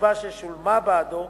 הקצבה ששולמה בעדו,